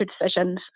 decisions